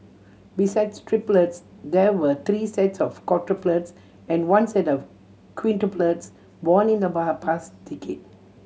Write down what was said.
besides triplets there were three sets of quadruplets and one set of quintuplets born in the half past decade